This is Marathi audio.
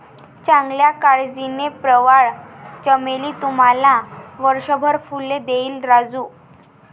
चांगल्या काळजीने, प्रवाळ चमेली तुम्हाला वर्षभर फुले देईल राजू